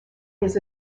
his